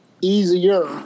easier